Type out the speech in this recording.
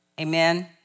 Amen